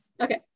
Okay